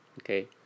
okay